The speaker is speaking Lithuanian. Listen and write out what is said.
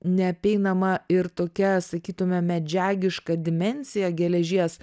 neapeinama ir tokia sakytume medžiagiška dimensija geležies